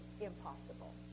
impossible